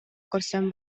көрсөн